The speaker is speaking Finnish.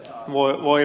voi voi